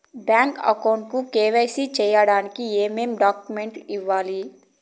Bank account కు KYC సేయడానికి ఏమేమి డాక్యుమెంట్ ఇవ్వాలి?